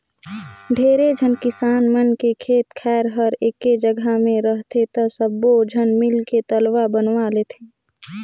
ढेरे झन किसान मन के खेत खायर हर एके जघा मे रहथे त सब्बो झन मिलके तलवा बनवा लेथें